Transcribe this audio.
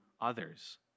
others